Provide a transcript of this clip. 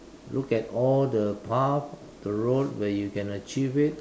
look at all the path the road where you can achieve it